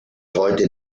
heute